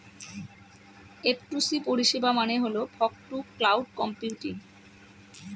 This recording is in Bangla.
এফটুসি পরিষেবা মানে হল ফগ টু ক্লাউড কম্পিউটিং